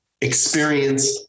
experience